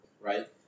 right